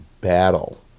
battle